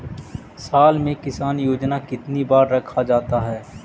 साल में किसान योजना कितनी बार रखा जाता है?